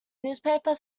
newspaper